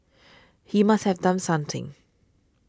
he must have done something